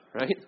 right